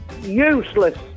useless